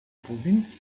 provinz